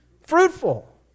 fruitful